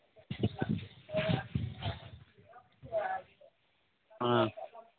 ꯑꯥ